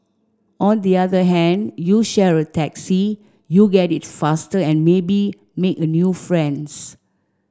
on the other hand you share a taxi you get it faster and maybe make a new friends